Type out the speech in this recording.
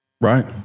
right